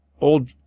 old